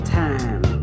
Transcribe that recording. time